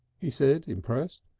he said, impressed.